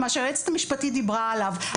מה שהיועצת המשפטית דיברה עליו,